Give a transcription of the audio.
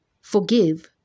forgive